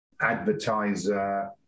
Advertiser